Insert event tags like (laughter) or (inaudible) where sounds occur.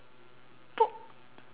(noise)